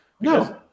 No